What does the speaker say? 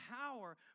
power